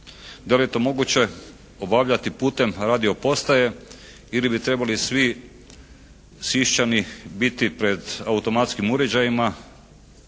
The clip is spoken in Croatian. Da li je to moguće obavljati putem radio postaje ili bi trebali svi Siščani biti pred automatskim uređajima